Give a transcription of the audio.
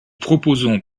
proposons